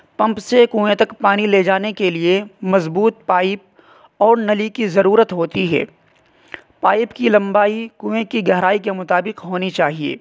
pump سے کنویں تک پانی لے جانے کے لیے مضبوط پائپ اور نلی کی ضرورت ہوتی ہے پائپ کی لمبائی کنویں کی گہرائی کے مطابق ہونی چاہیے